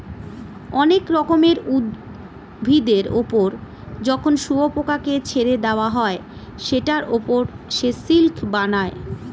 অনেক রকমের উভিদের ওপর যখন শুয়োপোকাকে ছেড়ে দেওয়া হয় সেটার ওপর সে সিল্ক বানায়